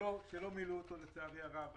שלא מילאו אותו לצערי הרב.